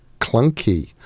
clunky